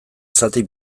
zati